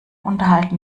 unterhalten